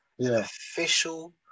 official